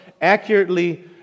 Accurately